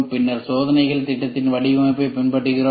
பின்னர் சோதனைகள் திட்டத்தின் வடிவமைப்பைப் பின்பற்றுகிறோம்